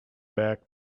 back